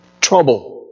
trouble